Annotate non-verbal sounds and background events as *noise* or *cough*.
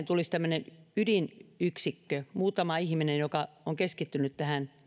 *unintelligible* tulisi tämmöinen ydinyksikkö muutama ihminen joka on keskittynyt